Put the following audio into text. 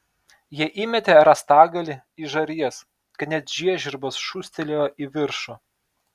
jie įmetė rąstagalį į žarijas kad net žiežirbos šūstelėjo į viršų